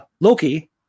Loki